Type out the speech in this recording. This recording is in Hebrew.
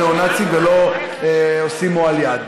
אני מכיר אוהדי ישראל שהם לא ניאו-נאצים ולא עושים מועל יד,